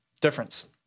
Difference